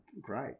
great